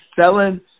selling